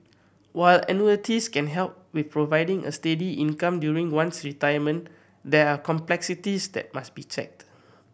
while annuities can help with providing a steady income during one's retirement there are complexities that must be checked